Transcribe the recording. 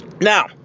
Now